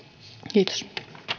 kiitos